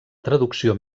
traducció